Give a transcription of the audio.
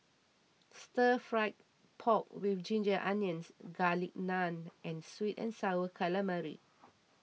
Stir Fried Pork with Ginger Onions Garlic Naan and Sweet and Sour Calamari